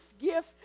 gift